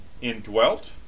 indwelt